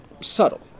subtle